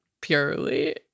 purely